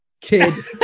kid